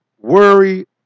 worry